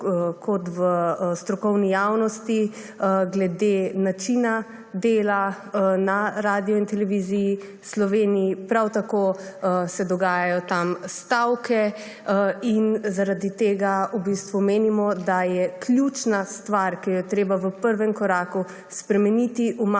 kot v strokovni javnosti glede načina dela na radiu in televiziji Sloveniji, prav tako se dogajajo tam stavke. Zaradi tega v bistvu menimo, da je ključna stvar, ki jo je treba v prvem koraku spremeniti,